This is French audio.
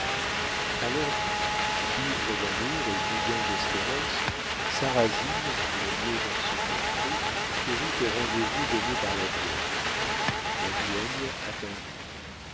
a l'heure dite ivre d'amour et bouillant d'espérances sarrasine le nez dans son manteau courut au rendez-vous donné par la vieille la duègne attendait